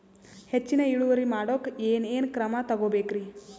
ಹೆಚ್ಚಿನ್ ಇಳುವರಿ ಮಾಡೋಕ್ ಏನ್ ಏನ್ ಕ್ರಮ ತೇಗೋಬೇಕ್ರಿ?